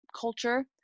culture